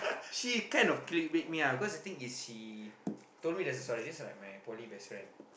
she kind of clickbait me ah cause I think is she told me there's a story this is like my poly best friend